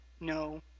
no